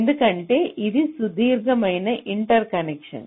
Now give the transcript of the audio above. ఎందుకంటే ఇది సుదీర్ఘమైన ఇంటర్కనెక్ట్